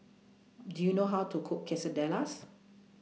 Do YOU know How to Cook Quesadillas